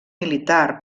militar